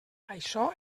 això